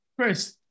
Chris